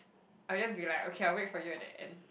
I'll just be like okay I wait for you at the end